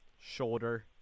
shoulder